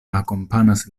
akompanas